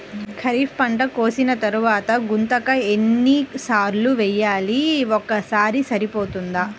ఖరీఫ్ పంట కోసిన తరువాత గుంతక ఎన్ని సార్లు వేయాలి? ఒక్కసారి సరిపోతుందా?